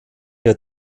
der